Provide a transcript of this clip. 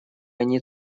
они